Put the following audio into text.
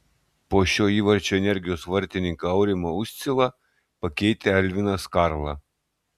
po šio įvarčio energijos vartininką aurimą uscilą pakeitė elvinas karla